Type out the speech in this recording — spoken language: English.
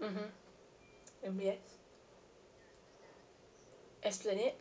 mmhmm M_B_S esplanade